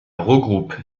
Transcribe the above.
regroupe